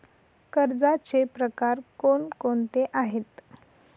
कर्जाचे प्रकार कोणकोणते आहेत?